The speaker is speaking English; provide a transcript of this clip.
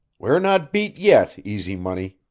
we're not beat yet, easy money,